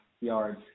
yards